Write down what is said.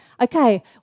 Okay